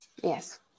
Yes